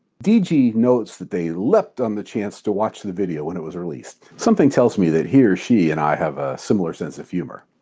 d g notes that they leaped on the chance to watch the video when it was released. something tells me that he or she and i have a similar sense of humor.